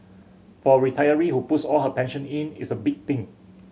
for a retiree who puts all her pension in it's a big thing